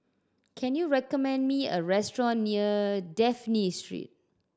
can you recommend me a restaurant near Dafne Street